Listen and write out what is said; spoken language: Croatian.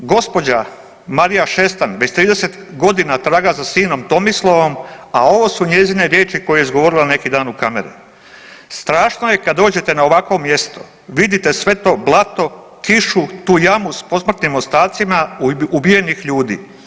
Gospođa Marija Šestan već 30 godina traga za sinom Tomislavom, a ovo su njezine riječi koje je izgovorila neki dan u kamere: „Strašno je kada dođete na ovakvo mjesto, vidite sve to blato, kišu, tu jamu s posmrtnim ostacima ubijenih ljudi.